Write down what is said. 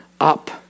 up